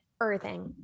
earthing